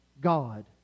God